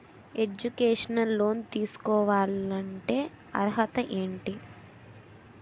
Educational loan తీసుకోవాలంటే అర్హత ఏంటి?